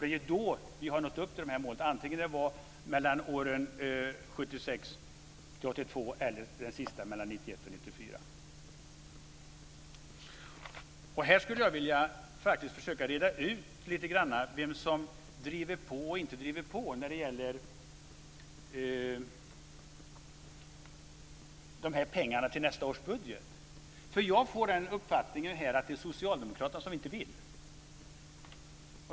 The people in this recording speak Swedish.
Det är då vi har nått upp till målet, antingen det var åren 1976-1982 eller de senaste åren Här skulle jag vilja försöka reda ut lite grann vem det är som driver på eller inte driver på när det gäller pengarna till nästa års budget. Jag får här uppfattningen att det är Socialdemokraterna som inte vill.